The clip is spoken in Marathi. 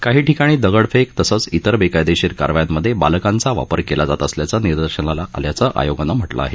काही ठिकाणी दगडफेक तसंच इतर बेकायदेशीर कारवायांमधे बालकांचा वापर केला जात असल्याचं निदर्शनाला आल्याचं आयोगानं म्हटलं आहे